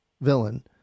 villain